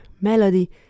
melody